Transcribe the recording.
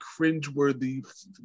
cringeworthy